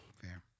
fair